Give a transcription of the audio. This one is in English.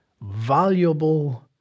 valuable